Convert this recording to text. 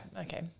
okay